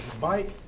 Bike